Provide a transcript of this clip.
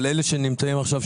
אבל אלה שנמצאים עכשיו,